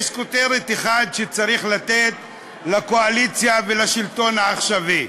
יש כותרת אחת שצריך לתת לקואליציה ולשלטון העכשווי: